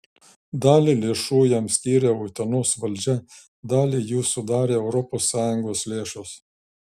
dalį lėšų jam skyrė utenos valdžia dalį jų sudarė europos sąjungos lėšos